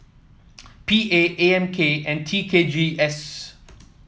P A A M K and T K G S